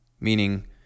meaning